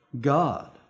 God